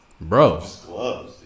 Bro